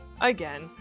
Again